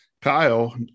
Kyle